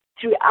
throughout